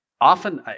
Often